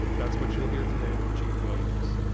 that's what you'll hear today from chief williams.